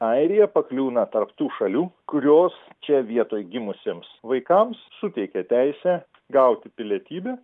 airija pakliūna tarp tų šalių kurios čia vietoj gimusiems vaikams suteikia teisę gauti pilietybę